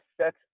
set